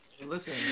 Listen